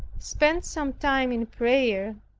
spend some time in prayer,